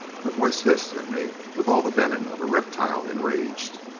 her voice hissed at me with all the venom of a reptile enraged.